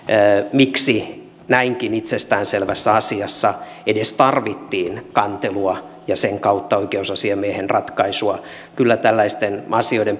miksi näinkin itsestään selvässä asiassa edes tarvittiin kantelua ja sen kautta oikeusasiamiehen ratkaisua kyllä tällaisten asioiden